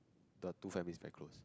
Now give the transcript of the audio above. the two families is very close